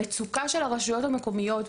המצוקה של הרשויות המקומיות,